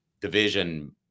division –